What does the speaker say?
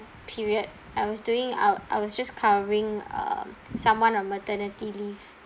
period I was doing I wa~ I was just covering uh someone on maternity leave